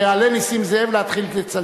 כשיעלה נסים זאב להתחיל לצלצל.